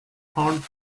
hard